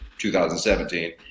2017